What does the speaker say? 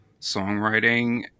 songwriting